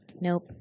Nope